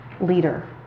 leader